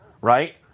right